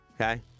Okay